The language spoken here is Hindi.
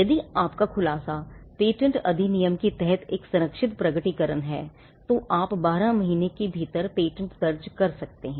यदि आपका खुलासा पेटेंट अधिनियम के तहत एक संरक्षित प्रकटीकरण है तो आप 12 महीने के भीतर पेटेंट दर्ज कर सकते हैं